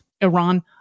Iran